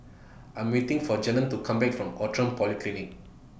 I Am waiting For Jalen to Come Back from Outram Polyclinic